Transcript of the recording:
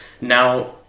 Now